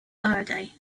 faraday